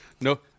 no